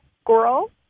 Squirrels